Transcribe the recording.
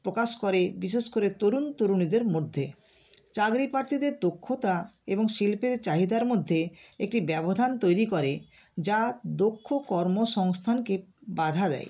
প্রকাশ করে বিশেষ করে তরুণ তরুণীদের মধ্যে চাকরি প্রার্থীদের দক্ষতা এবং শিল্পের চাহিদার মধ্যে একটি ব্যবধান তৈরি করে যা দক্ষ কর্ম সংস্থানকে বাধা দেয়